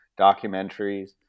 documentaries